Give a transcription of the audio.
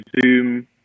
zoom